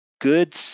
good